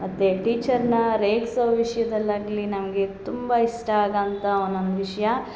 ಅದೇ ಟೀಚರ್ನ ರೇಗ್ಸೊ ವಿಷ್ಯದಲ್ಲಾಗಲಿ ನಮಗೆ ತುಂಬ ಇಷ್ಟ ಆಗ ಅಂತ ಒನ್ನೊಂದು ವಿಷಯ